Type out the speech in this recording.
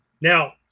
Now